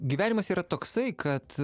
gyvenimas yra toksai kad